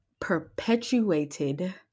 perpetuated